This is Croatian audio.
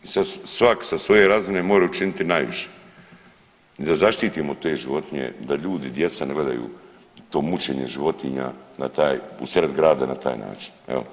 Svak sa svoje razine mora učiniti najviše i da zaštitimo te životinje da ljudi, djeca ne gledaju to mučenje životinja u sred grada na taj način.